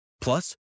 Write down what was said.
Plus